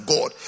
God